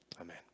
Amen